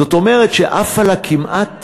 זאת אומרת שעפו להם כמעט